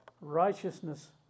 righteousness